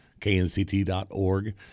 KNCT.org